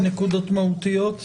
נקודות מהותיות?